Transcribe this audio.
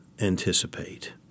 anticipate